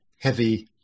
heavy